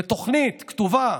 בתוכנית כתובה.